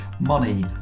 money